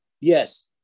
Yes